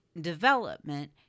development –